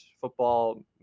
football